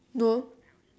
no